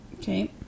Okay